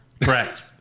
Correct